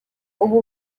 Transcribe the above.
uba